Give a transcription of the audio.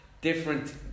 Different